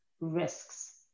risks